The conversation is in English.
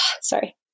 sorry